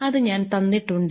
അത് ഞാൻ തന്നിട്ടുണ്ട്